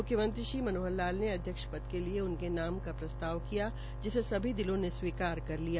मुख्यमंत्री श्री मनोहर लाल ने अध्यक्ष पद के लिए उनके नाम का प्रस्ताव किया जिसे सभी दलों ने स्वीकार कर लिया